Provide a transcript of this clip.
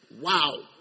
wow